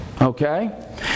Okay